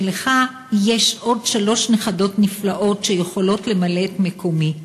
כשלך יש עוד שלוש נכדות נפלאות שיכולות למלא את מקומי.